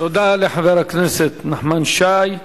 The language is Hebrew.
תודה לחבר הכנסת נחמן שי.